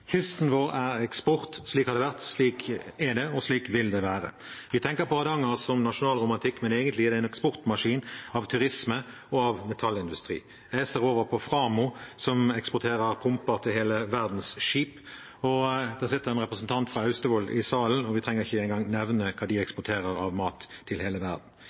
Kysten vår er eksport. Slik har det vært, slik er det, og slik vil det være. Vi tenker på Hardanger som nasjonalromantikk, men egentlig er det en eksportmaskin av turisme og av metallindustri. Jeg ser over på Framo, som eksporterer pumper til hele verdens skip, og det sitter en representant fra Austevoll i salen, og vi trenger ikke engang nevne hva de eksporterer av mat til hele verden.